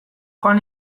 joan